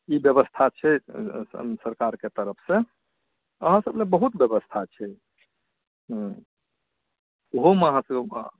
ई बेबस्था छै सरकारके तरफसँ अहाँ सभ लए बहुत बेबस्था छै हुँ ओहोमे अहाँ सभके